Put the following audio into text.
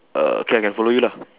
err okay I can follow you lah